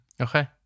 Okay